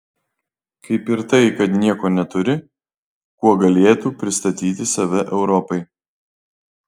kaip ir tai kad nieko neturi kuo galėtų pristatyti save europai